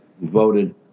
voted